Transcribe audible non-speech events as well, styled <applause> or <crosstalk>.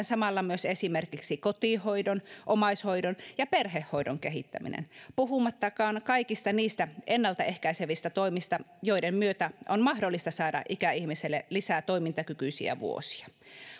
<unintelligible> samalla myös esimerkiksi kotihoidon omaishoidon ja perhehoidon kehittäminen puhumattakaan kaikista niistä ennaltaehkäisevistä toimista joiden myötä on mahdollista saada ikäihmiselle lisää toimintakykyisiä vuosia